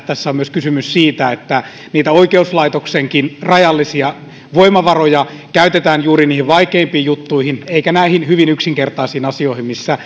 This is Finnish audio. tässä on myös kysymys siitä että oikeuslaitoksenkin rajallisia voimavaroja käytetään juuri niihin vaikeimpiin juttuihin eikä näihin hyvin yksinkertaisiin asioihin missä